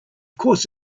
course